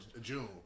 June